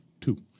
Two